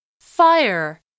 Fire